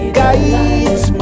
guides